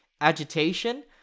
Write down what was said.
agitation